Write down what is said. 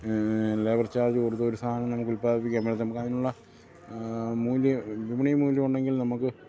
labour charge കൊടുത്ത ഒരു സാ നനം നമുക്ക് ഉൽപാദിപ്പിക്കാൻ പറ്റത നമുക്ക് അതിനുള്ള മൂല്യം വിപണി മൂല്യം ഉണ്ടെങ്കിൽ നമുക്ക്